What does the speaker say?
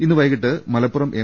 ഇന്ന് വൈകിട്ട് മലപ്പുറം എം